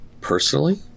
Personally